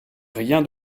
rien